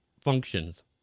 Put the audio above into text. functions